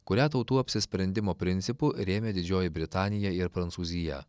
kurią tautų apsisprendimo principu rėmė didžioji britanija ir prancūzija